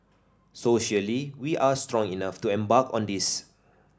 socially we are strong enough to embark on this